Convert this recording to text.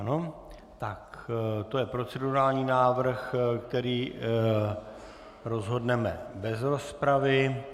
Ano, to je procedurální návrh, který rozhodneme bez rozpravy.